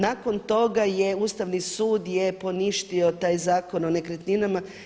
Nakon toga je Ustavni sud poništio taj Zakon o nekretninama.